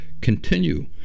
continue